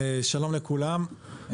שלום לכולם,